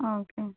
okay